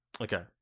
Okay